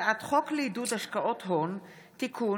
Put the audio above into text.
הצעת חוק לעידוד השקעות הון (תיקון,